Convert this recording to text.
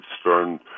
Stern